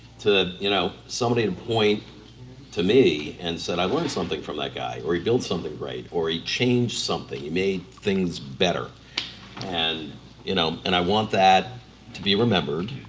to, you know somebody to and point to me and said i learned something from that guy or he built something right, or he changed something, he made things better and you know and i want that to be remembered,